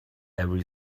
every